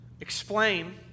explain